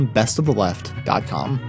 bestoftheleft.com